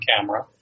camera